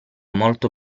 molto